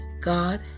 God